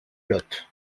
lot